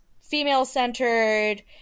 female-centered